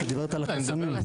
היא מדברת על החסמים,